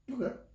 Okay